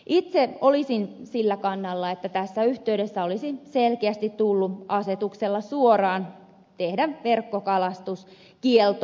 itse olisin sillä kannalla että tässä yhteydessä olisi selkeästi tullut asetuksella suoraan tehdä verkkokalastuskielto lainvoimaiseksi